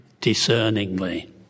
discerningly